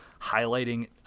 highlighting